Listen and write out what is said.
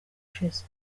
ushize